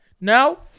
No